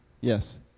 Yes